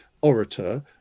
orator